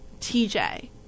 TJ